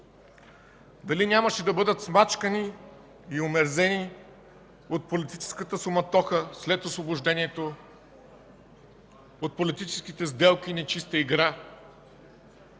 Дали нямаше да бъдат смачкани и омерзени от политическата суматоха след Освобождението, от политическите сделки и нечиста игра?